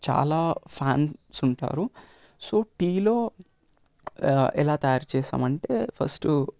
చాలా ఫ్యాన్స్ ఉంటారు సో టీలో ఎలా తయారు చేసామంటే ఫస్టు